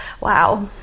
wow